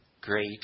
great